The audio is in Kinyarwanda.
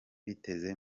biteze